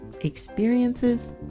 experiences